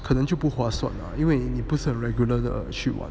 可能就不划算因为你不是 regular 的去玩